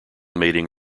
mating